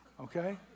okay